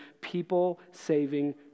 people-saving